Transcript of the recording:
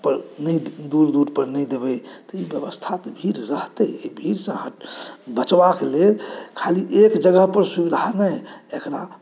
दुरी दूर दूर पर नहि देबै तऽ ई व्यवस्थाक भीड़ रहतै भीड़सँ बचबाक लेल खाली एक जगह पर सुविधा नहि एकरा